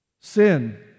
sin